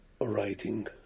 writing